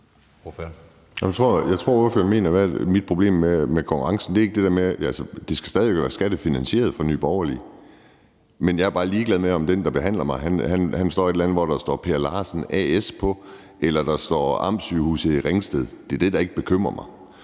Jeg tror, ordføreren mener, hvad mit problem er med konkurrence. Altså, for Nye Borgerlige skal det stadig være skattefinansieret, men jeg er bare ligeglad med, om den, der behandler mig, har et skilt, hvor der står Per Larsen A/S på, eller om der står amtssygehuset i Ringsted. Det er ikke det, der bekymrer mig.